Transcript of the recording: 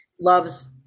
loves